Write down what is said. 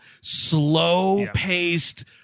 slow-paced